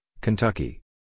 Kentucky